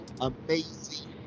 amazing